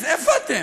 אז איפה אתם?